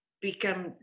become